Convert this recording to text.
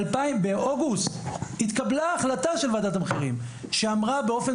באוגוסט התקבלה החלטה של ועדת המחירים שאמרה באופן